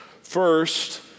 First